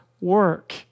work